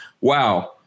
Wow